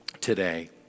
today